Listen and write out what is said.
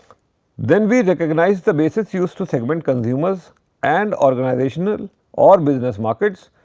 then we recognize the bases used to segment consumers and organizational or business markets.